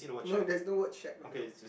no there is no word shack also